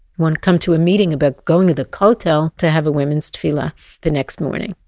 wanna come to a meeting about going to the kotel to have a women's tefillah the next morning?